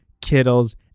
Kittle's